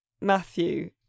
Matthew